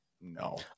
No